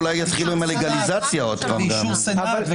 ואולי אפילו רוב מיוחס לפסול חוקים בבית משפט,